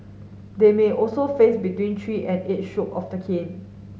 they may also face between three and eight stroke of the cane